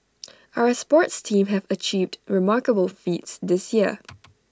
our sports teams have achieved remarkable feats this year